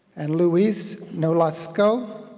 and luis nolasco,